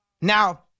Now